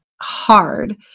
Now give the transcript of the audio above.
hard